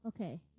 Okay